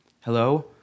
Hello